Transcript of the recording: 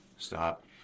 Stop